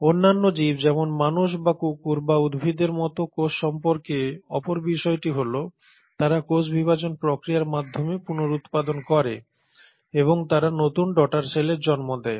অন্যান্য জীব যেমন মানুষ বা কুকুর বা উদ্ভিদের মতো কোষ সম্পর্কে অপর বিষয়টি হল তারা কোষ বিভাজন প্রক্রিয়ার মাধ্যমে পুনরুত্পাদন করে এবং তারা নতুন ডটার সেলের জন্ম দেয়